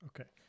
okay